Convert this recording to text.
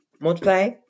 Multiply